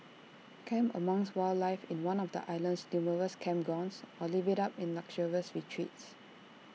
camp amongst wildlife in one of the island's numerous campgrounds or live IT up in luxurious retreats